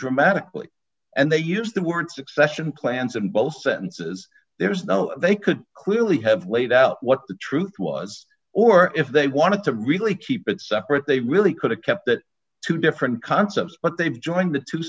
dramatically and they use the word succession plans and both sentences there's no they could clearly have laid out what the truth was or if they wanted to really keep it separate they really could have kept that two different concepts but they've joined the two